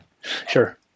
sure